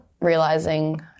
realizing